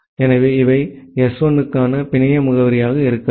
எனவே இவை எஸ் 1 க்கான பிணைய முகவரியாக இருக்கலாம்